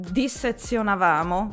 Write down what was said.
dissezionavamo